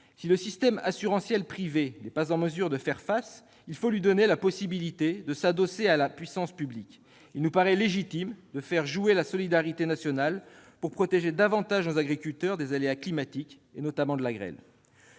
Si le système assurantiel privé n'est pas en mesure de faire face, il faut lui donner la possibilité de s'adosser à la puissance publique. Il nous paraît légitime de faire jouer la solidarité nationale pour protéger davantage nos agriculteurs des aléas climatiques, notamment de la grêle.